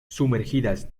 sumergidas